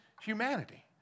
humanity